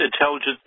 intelligence